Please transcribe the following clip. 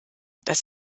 das